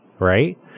right